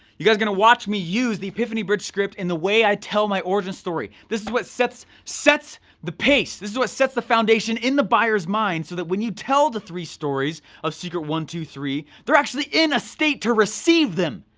you guys are gonna watch me us the epiphany bridge script in the way i tell my origin story. this is what sets sets the pace, this is what sets the foundation in the buyers minds that when you tell the three stories, of secret one, two, three, they're actually in a state to receive them.